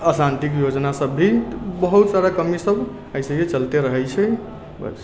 अशान्तिके योजना सब भी बहुत सारा कमी सब अइसे ही चलते रहै छै बस